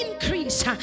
increase